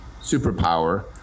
superpower